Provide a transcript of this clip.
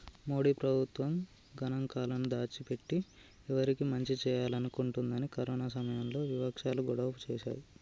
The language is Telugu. మోడీ ప్రభుత్వం గణాంకాలను దాచి పెట్టి ఎవరికి మంచి చేయాలనుకుంటుందని కరోనా సమయంలో వివక్షాలు గొడవ చేశాయి